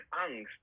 Angst